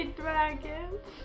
dragons